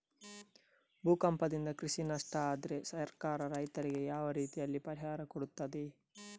ಭೂಕಂಪದಿಂದ ಕೃಷಿಗೆ ನಷ್ಟ ಆದ್ರೆ ಸರ್ಕಾರ ರೈತರಿಗೆ ಯಾವ ರೀತಿಯಲ್ಲಿ ಪರಿಹಾರ ಕೊಡ್ತದೆ?